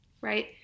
right